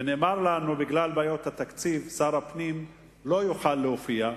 ונאמר לנו שבגלל בעיות התקציב שר הפנים לא יוכל להופיע.